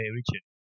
Richard